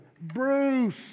Bruce